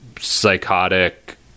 psychotic